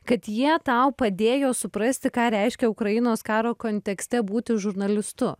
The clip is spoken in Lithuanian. kad jie tau padėjo suprasti ką reiškia ukrainos karo kontekste būti žurnalistu